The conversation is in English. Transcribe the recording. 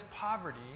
poverty